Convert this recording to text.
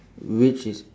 which is